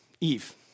Eve